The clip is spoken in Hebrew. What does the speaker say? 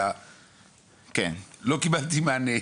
אלא לא קיבלתי מענה,